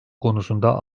konusunda